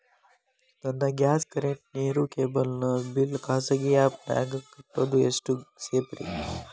ನನ್ನ gas current, ನೇರು, cable ನ ಬಿಲ್ ಖಾಸಗಿ ಆ್ಯಪ್ ನ್ಯಾಗ್ ಕಟ್ಟೋದು ಎಷ್ಟು ಸೇಫ್ರಿ?